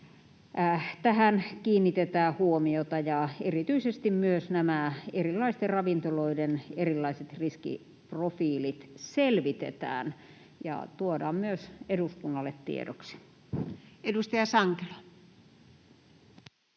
tähän kiinnitetään huomiota ja erityisesti myös nämä erilaisten ravintoloiden erilaiset riskiprofiilit selvitetään ja tuodaan myös eduskunnalle tiedoksi. [Speech